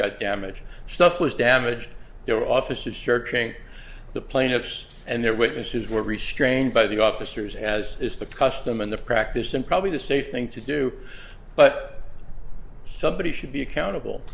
got damaged stuff was damaged their officers searching the plaintiffs and their witnesses were restrained by the officers as is the custom in the practice and probably the safe thing to do but somebody should be accountable